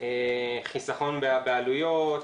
מה שנקרא כביש 6 דרום שהנסיעה בהם לא כרוכה בחיוב אגרה.